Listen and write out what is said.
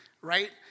right